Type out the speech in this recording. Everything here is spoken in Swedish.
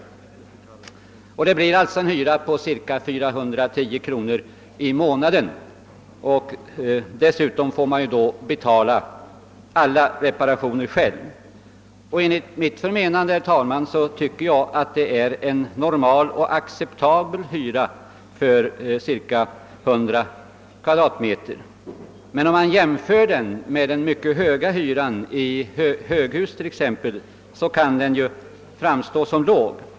Tillsammans blir det en hyra på cirka 410 kronor i månaden. Dessutom får man betala alla reparationer själv. Jag tycker att det är en normal och acceptabel hyra för ungefär 100 kvadratmeter, men om man jämför den med den mycket höga hyran i exempelvis höghus, kan den ju framstå som låg.